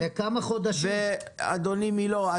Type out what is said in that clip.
אדוני מילוא,